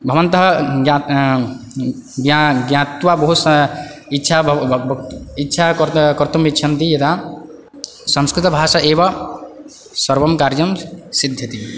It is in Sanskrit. भवन्तः ग्य ज्ञा ज्ञातवा बहु सा इच्छा ब इच्छा कर्त् कर्तुमिच्छन्ति यदा संस्कृतभाषा एव संर्वं कार्यं सिद्ध्यति